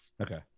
Okay